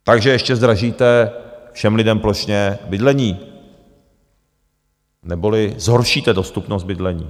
Takže ještě zdražíte všem lidem plošně bydlení, neboli zhoršíte dostupnost bydlení.